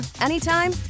anytime